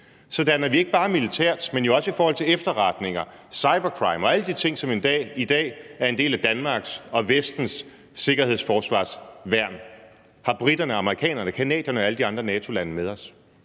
sådan at vi ikke bare militært, men også i forhold til efterretninger, cybercrime og alle de ting, som i dag er en del af Danmark og Vestens sikkerheds- og forsvarsværn, har briterne, amerikanerne, canadierne og alle de andre NATO-lande med os?